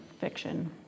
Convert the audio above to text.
fiction